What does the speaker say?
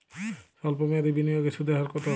সল্প মেয়াদি বিনিয়োগে সুদের হার কত?